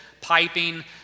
piping